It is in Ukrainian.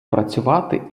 працювати